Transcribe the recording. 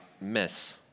miss